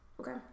Okay